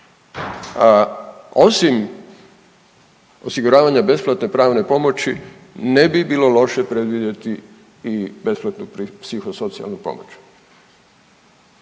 osim osiguravanja besplatne pravne pomoći ne bi bilo loše predvidjeti i besplatnu psihosocijalnu pomoć.